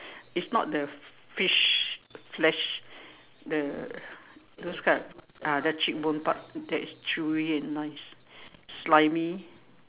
it's not the fish flesh the those type ah the cheek bone part that is chewy and nice slimy